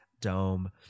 dome